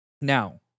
Now